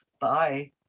Bye